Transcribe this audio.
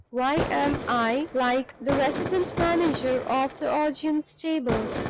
why am i like the resident manager of the augean stable,